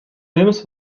films